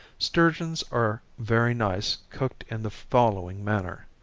sturgeons are very nice, cooked in the following manner.